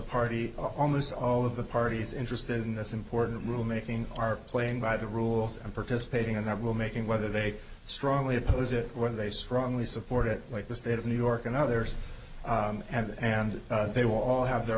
party of almost all of the parties interested in this important rule making are playing by the rules and participating in that will making whether they strongly oppose it whether they strongly support it like the state of new york and others have and they will all have their